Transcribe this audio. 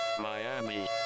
Miami